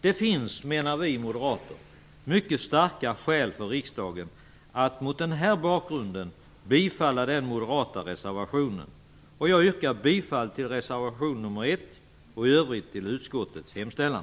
Det finns, menar vi moderater, mycket starka skäl för riksdagen att mot den här bakgrunden bifalla den moderata reservationen. Jag yrkar bifall till reservation nr 1 och i övrigt till utskottets hemställan.